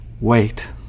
wait